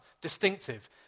distinctive